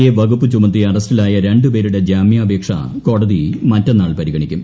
A വകുപ്പ് ചുമത്തി അറസ്റ്റിലായ രണ്ടുപേരുടെ ജാമ്യാപേക്ഷ കോടതി മറ്റന്നാൾ പരിഗണിക്കും